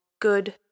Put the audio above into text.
good